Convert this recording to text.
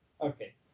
Okay